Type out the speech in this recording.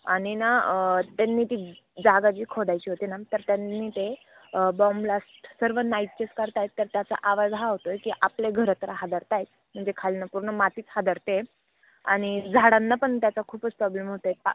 आणि ना त्यांनी ती जागा जी खोदायची होती ना तर त्यांनी ते बॉम ब्लास्ट सर्व नाहीसेच करत आहेत तर त्याचा आवाज हा होतो आहे की आपले घर तर हादरत आहेत म्हणजे खालून पूर्ण मातीच हादरते आहे आणि झाडांना पण त्याचा खूपच प्रॉब्लेम होत आहे